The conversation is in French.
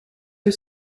que